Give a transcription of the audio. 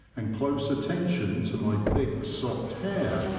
and close attention to my thick, soft hair,